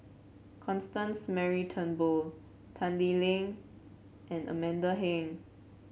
Constance Mary Turnbull Tan Lee Leng and Amanda Heng